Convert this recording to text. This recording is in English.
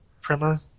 Primer